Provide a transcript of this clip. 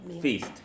feast